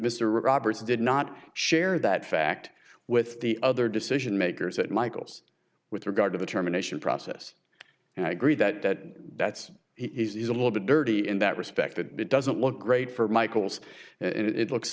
mr roberts did not share that fact with the other decision makers at michael's with regard to the terminations process and i agree that that's he's a little bit dirty in that respect that it doesn't look great for michael's and it looks